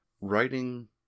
writing